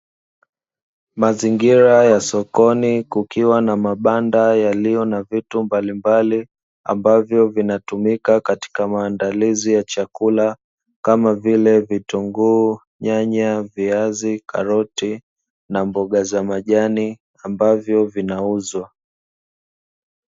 Mazingira ya sokoni kukiwa na mabanda yaliyo na vitu mbalimbali ambavyo vinatumika katika maandalizi ya chakula kama vile vitunguu, nyanya, viazi, karoti na mboga za majani ambavyo vinauzwa.